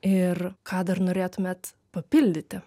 ir ką dar norėtumėt papildyti